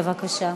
בבקשה.